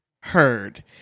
heard